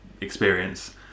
experience